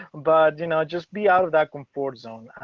but, you know, just be out of that comfort zone.